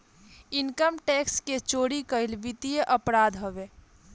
income tax के चोरी कईल वित्तीय अपराध हवे